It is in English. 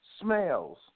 smells